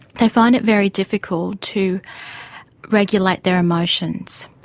they find it very difficult to regulate their emotions.